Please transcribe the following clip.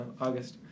August